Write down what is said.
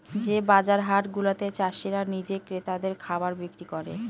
যে বাজার হাট গুলাতে চাষীরা নিজে ক্রেতাদের খাবার বিক্রি করে